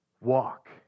Walk